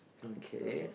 okay